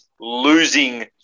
losing